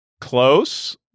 Close